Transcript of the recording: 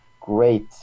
great